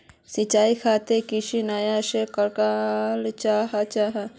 सिंचाई खेतोक किस नियम से कराल जाहा जाहा?